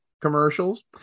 commercials